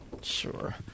Sure